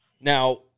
Now